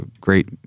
great